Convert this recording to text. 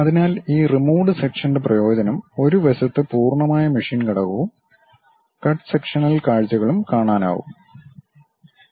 അതിനാൽ ഈ റിമൂവ്ഡ് സെക്ഷൻ്റെ പ്രയോജനം ഒരു വശത്ത് പൂർണ്ണമായ മെഷീൻ ഘടകവും കട്ട് സെക്ഷണൽ കാഴ്ചകളും കാണാനാകും